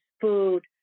food